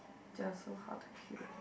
they are so hard to kill